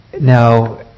Now